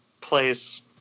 place